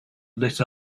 lit